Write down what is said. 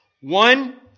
One